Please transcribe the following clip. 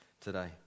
today